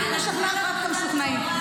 אני משכנעת את המשוכנעים.